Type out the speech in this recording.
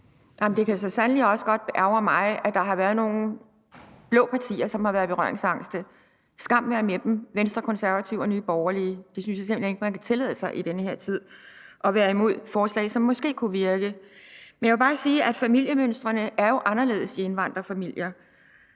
Det kan så sandelig også godt ærgre mig, at der er nogle blå partier, som har været berøringsangste. Skam være med dem – Venstre, Konservative og Nye Borgerlige. Jeg synes ikke, man kan tillade sig i den her tid at være imod forslag, som måske kunne virke. Men jeg må bare sige, at familiemønstrene jo er anderledes i indvandrerfamilier.